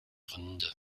rinde